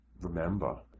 remember